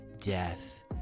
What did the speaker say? death